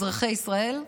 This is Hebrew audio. אזרחי ישראל.